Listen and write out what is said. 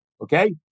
okay